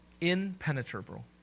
impenetrable